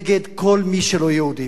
נגד כל מי שלא יהודי.